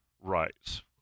rights